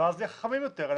ואז נהיה חכמים יותר.